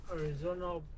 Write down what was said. Arizona